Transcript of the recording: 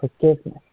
forgiveness